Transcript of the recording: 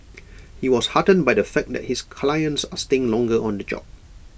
he was heartened by the fact that his clients are staying longer on the job